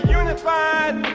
unified